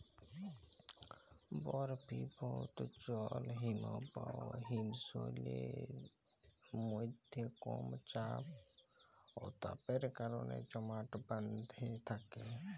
বরফিভুত জল হিমবাহ হিমশৈলের মইধ্যে কম চাপ অ তাপের কারলে জমাট বাঁইধ্যে থ্যাকে